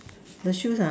the shoes ah